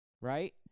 right